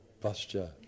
posture